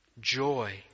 joy